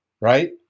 right